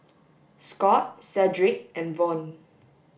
Scott Cedric and Von